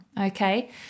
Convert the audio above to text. okay